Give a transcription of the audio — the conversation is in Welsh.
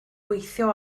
gweithio